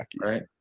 right